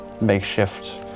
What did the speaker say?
makeshift